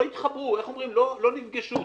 לא התחברו, לא נפגשו.